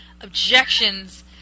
objections